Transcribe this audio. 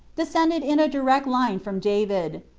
de scended in a direct line from david.